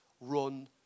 run